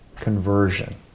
conversion